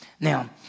Now